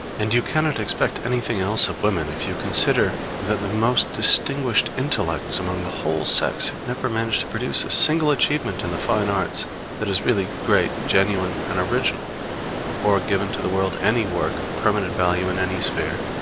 and you cannot expect anything else of women if you consider that the most distinguished intellects among the whole sex never managed to produce a single achievement in the fine arts that is really great, genuine, and original or given to the world any work of permanent value in any sphere.